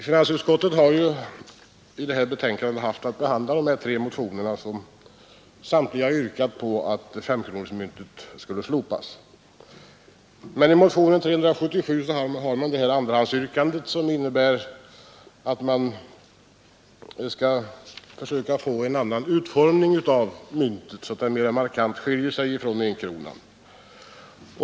Finansutskottet har i det här betänkandet haft att behandla tre motioner där det yrkas på att femkronemyntet skall slopas. I motionen 377 har man emellertid ett andrahandsyrkande, som går ut på en annan utformning av myntet så att det mera markant skiljer sig från enkronan.